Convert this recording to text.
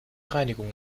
reinigung